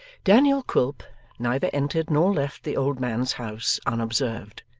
daniel quilp neither entered nor left the old man's house, unobserved.